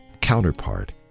counterpart